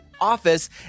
office